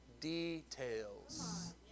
details